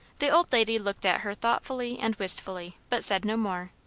the old lady looked at her thoughtfully and wistfully, but said no more.